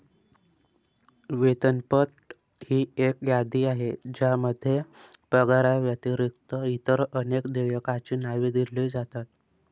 वेतनपट ही एक यादी आहे ज्यामध्ये पगाराव्यतिरिक्त इतर अनेक देयकांची नावे दिली जातात